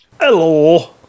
Hello